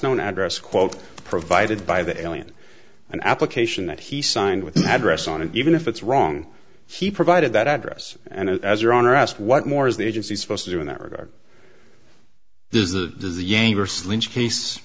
known address quote provided by the alien an application that he signed with an address on it even if it's wrong he provided that address and as your honor asked what more is the agency's supposed to do in that regard is that does